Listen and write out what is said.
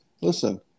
listen